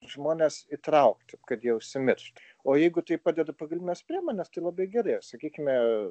žmones įtraukti kad jie užsimirštų o jeigu tai padeda pagrindinės priemonės tai labai gerai sakykime